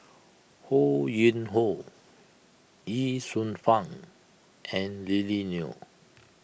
Ho Yuen Hoe Ye Shufang and Lily Neo